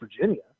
Virginia